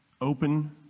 open